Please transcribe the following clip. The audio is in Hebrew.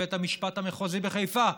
לבית המשפט המחוזי בחיפה.